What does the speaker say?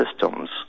systems